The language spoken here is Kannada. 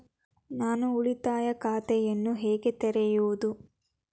ನಾನು ಉಳಿತಾಯ ಖಾತೆಯನ್ನು ಹೇಗೆ ತೆರೆಯುವುದು?